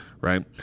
right